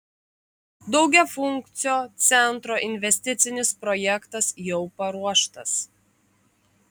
daugiafunkcio centro investicinis projektas jau paruoštas